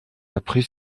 après